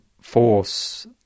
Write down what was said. force